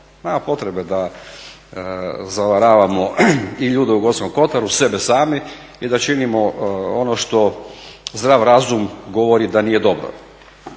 nema potrebe da zavaravamo i ljude u Gorskom Kotaru, sebe sami i da činimo ono što zdrav razum govori da nije dobro.